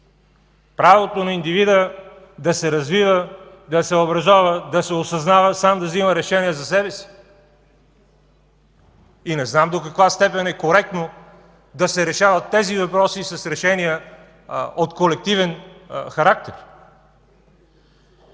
правото на индивида да се развива, да се образова, да се осъзнава, сам да взима решения за себе си и не знам до каква степен е коректно да се решават тези въпроси с решения от колективен характер.